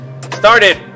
Started